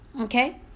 Okay